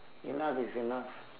enough is enough